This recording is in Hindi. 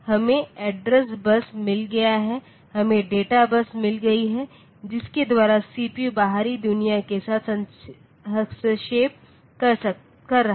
हमें एड्रेस बस मिल गया है हमें डेटा बस मिल गई है जिसके द्वारा सीपीयू बाहरी दुनिया के साथ हस्तक्षेप कर रहा है